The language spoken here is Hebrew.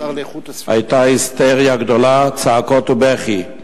היתה היסטריה גדולה, צעקות ובכי.